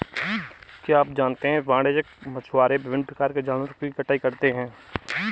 क्या आप जानते है वाणिज्यिक मछुआरे विभिन्न प्रकार के जानवरों की कटाई करते हैं?